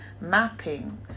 mapping